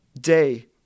day